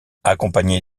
accompagné